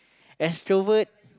extrovert